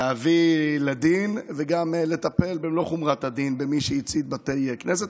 להביא לדין וגם לטפל במלוא חומרת הדין במי שהצית בתי כנסת.